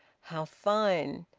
how fine,